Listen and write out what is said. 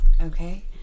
Okay